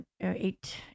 eight